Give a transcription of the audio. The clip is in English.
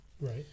Right